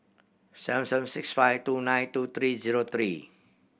seven seven six five two nine two three zero three